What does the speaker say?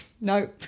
no